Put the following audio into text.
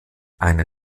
eine